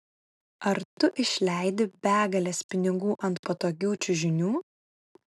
ar tu išleidi begales pinigų ant patogių čiužinių